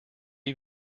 you